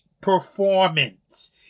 performance